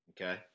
Okay